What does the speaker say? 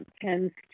tends